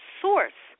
source